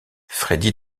freddy